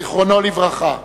זיכרונו לברכה.